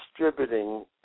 distributing